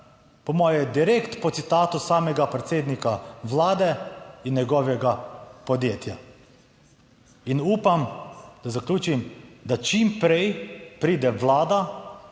po moje direktno po citatu samega predsednika Vlade in njegovega podjetja. In upam, da zaključim, da čim prej pride Vlada,